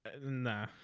Nah